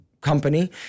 company